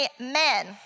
Amen